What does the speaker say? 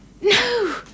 no